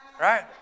Right